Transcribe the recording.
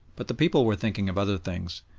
but the people were thinking of other things,